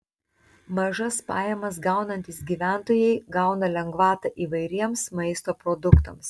mažas pajamas gaunantys gyventojai gauna lengvatą įvairiems maisto produktams